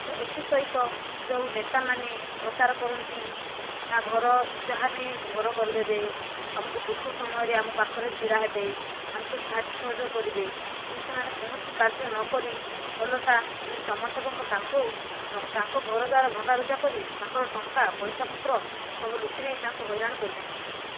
ତ ଏଥିସହିତ ଯେଉଁ ନେତା ମାନେ ପ୍ରଚାର କରନ୍ତି ନା ଘର ଯାହା ବି ଘର କରିଦେବେ ଆମକୁ ଦୁଃଖ ସମୟରେ ଆମ ପାଖରେ ଛିଡ଼ା ହେବେ ଆମକୁ ସାହାଯ୍ୟ ସହଯୋଗ କରିବେ କିନ୍ତୁ ସେମାନେ କୌଣସି କାର୍ଯ୍ୟ ନକରି ଓଲଟା ଯିଏ ସମଥର୍କଙ୍କ ତାଙ୍କୁ ତାଙ୍କ ଘର ଦ୍ୱାରା ଭଙ୍ଗା ରୁଜା କରି ତାଙ୍କର ଟଙ୍କା ପଇସା ପତ୍ର ସବୁ ଲୁଟି ନେଇ ତାଙ୍କୁ ହଇରାଣ କରିଥାନ୍ତି